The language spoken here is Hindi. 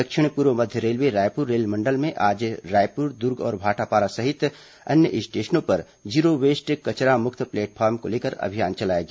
दक्षिण पूर्व मध्य रेलवे रायपुर रेल मंडल में आज रायपुर दुर्ग और भाटापारा सहित अन्य स्टेशनों पर जीरो वेस्ट कचरा मुक्त प्लेटफॉर्म को लेकर अभियान चलाया गया